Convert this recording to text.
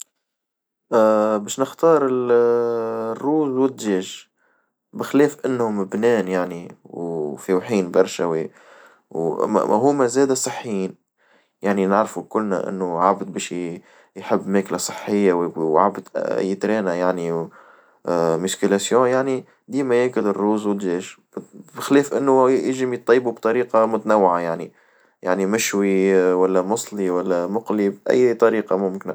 باش نختار الروز والدجاج بخلاف إنهم بنان يعني وفوحين برشا وهما زادة صحيين يعني نعرفو كلنا إنوعابد باش يحب ماكلة صحية وعابد يترينا يعني مش كلاسيو يعني دايمًا أكل الروز والدجاج بخلاف إنه يجم يطيبوا بطريقة متنوعة يعني يعني مشوي والا مصلي والا مقلي بأي طريقة ممكن.